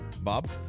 bob